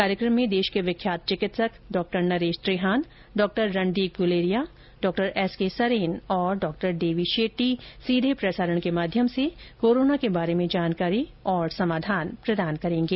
कार्यक्रम में देश के विख्यात चिकित्सक डॉ नरेश त्रिहान डॉ रणदीप गुलेरिया डॉ एस के सरीन और डॉ देवी शेट्टी सीधे प्रसारण के माध्यम से कोरोना के बारे में जानकारी और समाधान प्रदान करेंगे